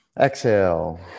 Exhale